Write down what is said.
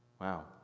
Wow